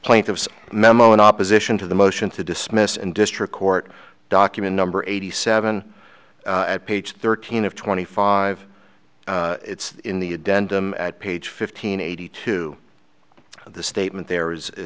plaintiff's memo in opposition to the motion to dismiss and district court document number eighty seven at page thirteen of twenty five it's in the addendum at page fifteen eighty two the statement there is